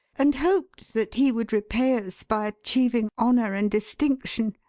and hoped that he would repay us by achieving honour and distinction.